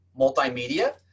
multimedia